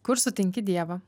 kur sutinki dievą